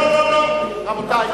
כבוד היושב-ראש, לא לא, מספיק,